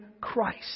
Christ